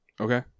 Okay